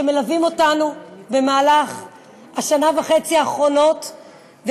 שמלווים אותנו בשנה וחצי האחרונות,